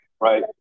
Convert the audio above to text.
Right